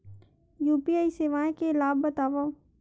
UPI सेवाएं के लाभ बतावव?